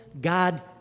God